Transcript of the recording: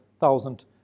thousand